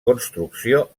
construcció